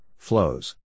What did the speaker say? flows